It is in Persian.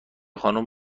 خانم